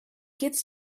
gets